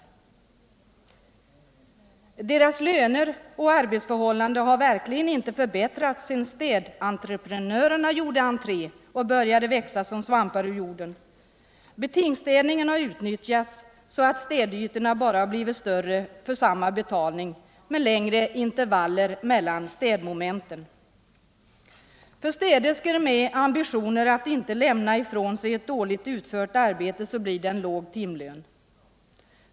Städerskornas löner och arbetsförhållanden har verkligen inte förbättrats sedan städentreprenörerna gjorde entré och började växa som svampar ur jorden. Betingsstädningen har utnyttjats så att städytorna bara har blivit större för samma betalning och med längre intervaller mellan städmomenten. För städerskor med ambitioner att inte lämna ifrån sig ett dåligt utfört arbete blir det en låg timlön.